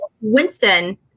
Winston